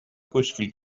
kuskil